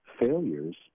failures